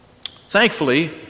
Thankfully